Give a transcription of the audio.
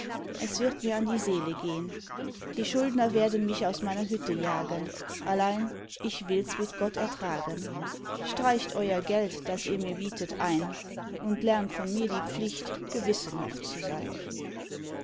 es wird mir an die seele gehn die schuldner werden mich aus meiner hütte jagen allein ich wills mit gott ertragen streicht euer geld das ihr mir bietet ein und lernt von mir die pflicht gewissenhaft zu sein